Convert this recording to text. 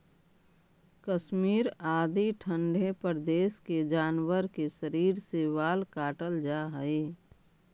कश्मीर आदि ठण्ढे प्रदेश के जानवर के शरीर से बाल काटल जाऽ हइ